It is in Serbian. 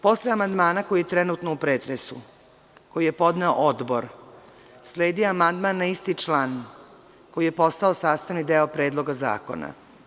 Posle amandmana koji je trenutno u pretresu, koji je podneo Odbor, sledi amandman na isti član koji je postao sastavni deo Predloga zakona.